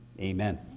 Amen